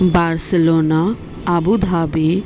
Barcelona Abu Dhabi